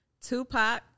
Tupac